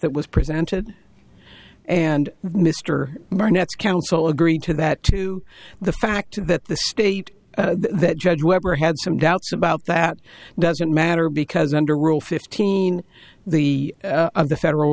that was presented and mr barnett counsel agreed to that to the fact that the state that judge webber had some doubts about that doesn't matter because under rule fifteen the of the federal